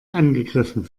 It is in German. angegriffen